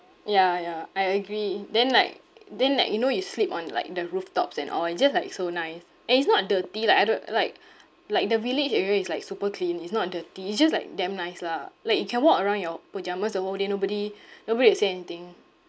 ya ya I agree then like then like you know you sleep on like the rooftops and all it's just like so nice and it's not dirty like I don't like like the village area it's like super clean it's not dirty it's just like damn nice lah like you can walk around your pyjamas the whole day nobody nobody will say anything